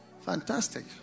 Fantastic